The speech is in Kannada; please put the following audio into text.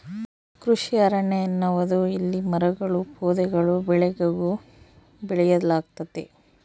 ಕೃಷಿ ಅರಣ್ಯ ಎನ್ನುವುದು ಇಲ್ಲಿ ಮರಗಳೂ ಪೊದೆಗಳೂ ಬೆಳೆಗಳೂ ಬೆಳೆಯಲಾಗ್ತತೆ